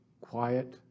quiet